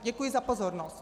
Děkuji za pozornost.